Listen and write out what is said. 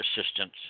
assistance